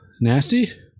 nasty